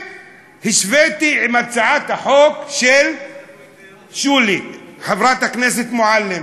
והשוויתי עם הצעת החוק של שולי, חברת הכנסת מועלם.